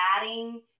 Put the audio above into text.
adding